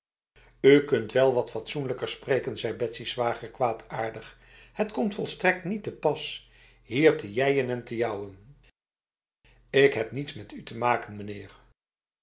u kunt wel wat fatsoenlijker spreken zei betsy's zwager kwaadaardig het komt volstrekt niet te pas hier te jijen en te jouwen ik heb niets met u te maken meneer